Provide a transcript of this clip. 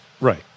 Right